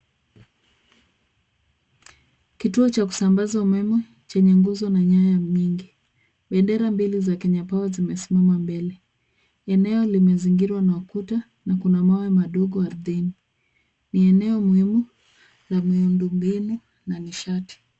Kituo cha kusambaza umeme chenye nguzo na nyaya nyingi. Bendera mbili za kenya power zimesimama mbele. Eneo limezingirwa na ukuta na kuna mawe madogo ardhini. Ni eneo muhimu la miundo mbinu na nishati.